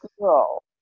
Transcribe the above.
girl